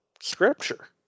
scripture